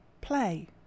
play